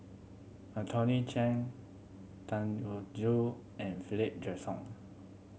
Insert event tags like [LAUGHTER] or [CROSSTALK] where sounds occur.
Anthony Chen Tan [UNINTELLIGIBLE] Joo and Philip Jackson